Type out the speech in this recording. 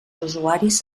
usuaris